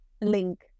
link